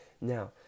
Now